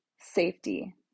safety